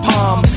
Palm